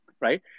right